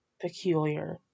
peculiar